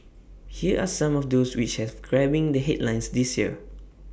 here are some of those which have grabbing the headlines this year